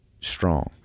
strong